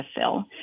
fill